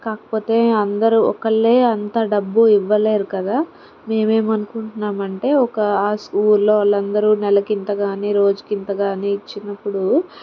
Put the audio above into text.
కాకపోతే అందరూ ఒక్కళ్ళే అంత డబ్బు ఇవ్వలేరు కదా మేము ఏం అనుకుంటున్నాం అంటే ఒక ఆ స్కూల్లో వాళ్ళు అందరూ నెలకు ఇంతగా అని రోజుకి ఇంతగా అని ఇచ్చినప్పుడు